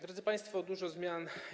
Drodzy państwo, dużo zmian.